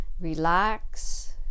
relax